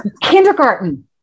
Kindergarten